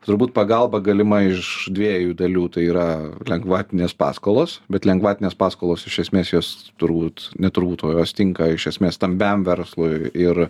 turbūt pagalba galima iš dviejų dalių tai yra lengvatinės paskolos bet lengvatinės paskolos iš esmės jos turbūt netrukdo jos tinka iš esmės stambiam verslui ir